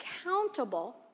accountable